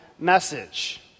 message